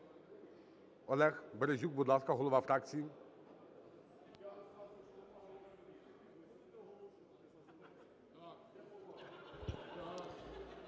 Олег Березюк, будь ласка, голова фракції.